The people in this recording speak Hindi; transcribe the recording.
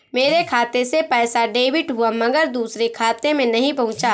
मेरे खाते से पैसा डेबिट हुआ मगर दूसरे खाते में नहीं पंहुचा